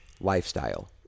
lifestyle